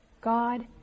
God